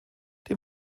die